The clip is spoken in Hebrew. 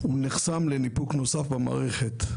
הוא נחסם לניפוק נוסף במערכת.